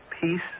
peace